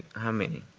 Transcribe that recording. how many?